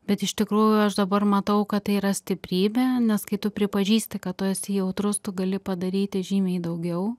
bet iš tikrųjų aš dabar matau kad tai yra stiprybė nes kai tu pripažįsti kad tu esi jautrus tu gali padaryti žymiai daugiau